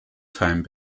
time